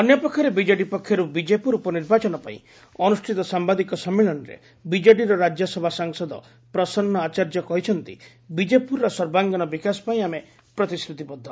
ଅନ୍ୟପକ୍ଷରେ ବିଜେଡି ପକ୍ଷର୍ ବିଜେପୁର ଉପନିର୍ବାଚନ ପାଇଁ ଅନୁଷ୍ଠିତ ସାମ୍ଭାଦିକ ସମ୍ଭିଳନୀରେ ବିଜେଡିର ରାଜ୍ୟସଭା ସାଂସଦ ପ୍ରସନ୍ ଆଚାର୍ଯ୍ୟ କହିଛନ୍ତି ବିଜେପୁରର ସର୍ବାଙ୍ଗୀନ ବିକାଶ ପାଇଁ ଆମେ ପ୍ରତିଶ୍ରତିବଦ୍ଧ